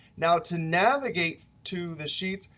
now, to navigate to the sheets,